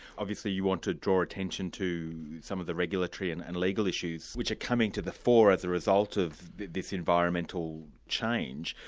obviously you want to draw attention to some of the regulatory and and legal issues, which are coming to the fore as a result of this environmental change.